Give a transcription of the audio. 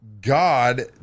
God